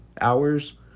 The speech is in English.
hours